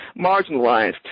marginalized